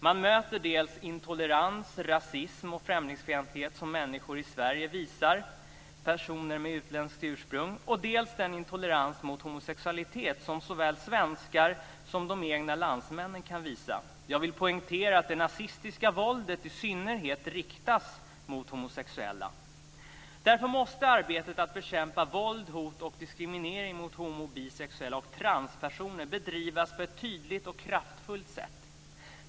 Man möter dels intolerans, rasism och främlingsfientlighet som människor i Sverige visar personer med utländskt ursprung, dels den intolerans mot homosexualitet som såväl svenskar som de egna landsmännen kan visa. Jag vill poängtera att det nazistiska våldet i synnerhet riktas mot homosexuella. Därför måste arbetet med att bekämpa våld, hot och diskriminering mot homo och bisexuella och transpersoner bedrivas på ett tydligt och kraftfullt sätt.